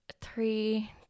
three